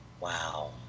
Wow